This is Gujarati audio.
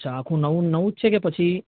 અચ્છા આખું નવું નવું જ છે કે પછી